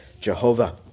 Jehovah